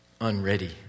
unready